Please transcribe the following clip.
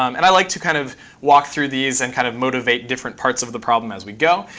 um and i like to kind of walk through these and kind of motivate different parts of the problem as we go,